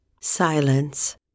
Silence